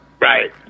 Right